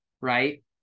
Right